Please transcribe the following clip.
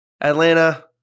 Atlanta